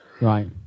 right